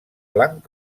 blanc